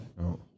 No